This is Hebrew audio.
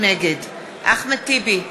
נגד אחמד טיבי,